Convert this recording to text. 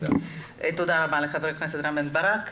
תודה רבה לח"כ רם בן ברק.